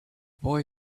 boy